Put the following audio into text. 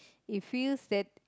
it feels that